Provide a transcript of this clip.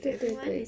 对对对